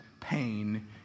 pain